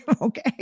Okay